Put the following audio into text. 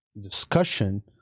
discussion